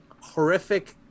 horrific